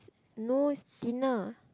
no thinner